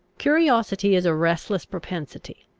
curiosity is a restless propensity,